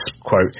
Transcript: quote